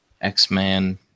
X-Men